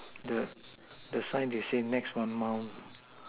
the the sign they say next one mound